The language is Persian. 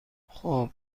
خوب